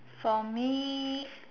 for me